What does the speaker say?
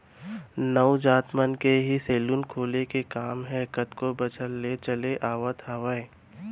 नाऊ जात मन के ही सेलून खोले के काम ह कतको बछर ले चले आवत हावय